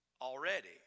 already